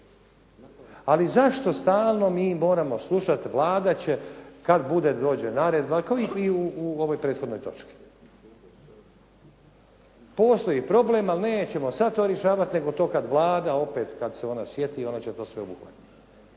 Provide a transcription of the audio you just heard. Ali zašto stalno mi moramo slušati Vlada će kad bude, dođe na red kao i u ovoj prethodnoj točci. Postoji problem ali nećemo sada to rješavati nego to kad Vlada opet, kad se ona sjeti ona će to sveobuhvatno.